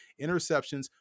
interceptions